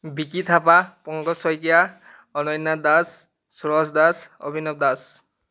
Vicky Thapa Pankaj Saikia Ananya Das Suraj Das Abhinav Das